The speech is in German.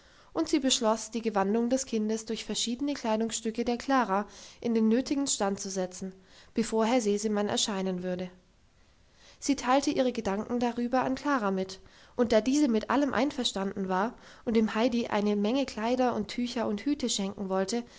und sie beschloss die gewandung des kindes durch verschiedene kleidungsstücke der klara in den nötigen stand zu setzen bevor herr sesemann erscheinen würde sie teilte ihre gedanken darüber an klara mit und da diese mit allem einverstanden war und dem heidi eine menge kleider und tücher und hüte schenken wollte